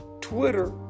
Twitter